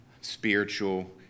spiritual